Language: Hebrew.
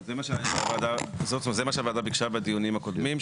זה מה שהוועדה ביקשה בדיונים הקודמים,